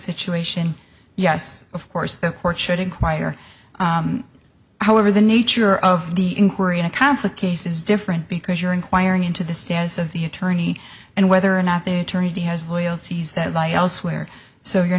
situation yes of course the court should inquire however the nature of the inquiry in a conflict case is different because you're inquiring into the status of the attorney and whether or not their turn he has loyalties that lie elsewhere so you're